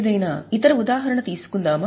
ఏదైనా ఇతర ఉదాహరణ తీసుకుందామా